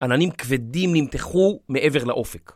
עננים כבדים נמתחו מעבר לאופק.